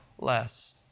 less